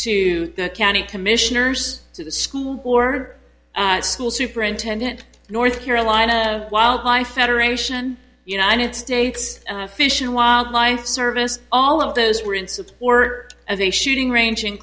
to the county commissioners to the school board school superintendent north carolina wildlife federation united states fish and wildlife service all of those were in suits or of a shooting range in